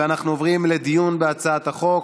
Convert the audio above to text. ואנחנו עוברים לדיון בהצעת החוק.